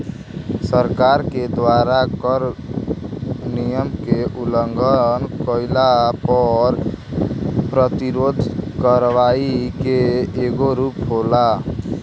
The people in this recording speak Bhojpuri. सरकार के द्वारा कर नियम के उलंघन कईला पर कर प्रतिरोध करवाई के एगो रूप होला